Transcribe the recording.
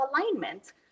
alignment